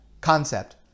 concept